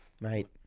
mate